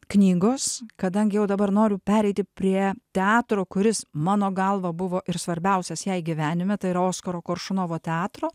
knygos kadangi jau dabar noriu pereiti prie teatro kuris mano galva buvo ir svarbiausias jai gyvenime tai yra oskaro koršunovo teatro